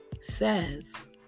says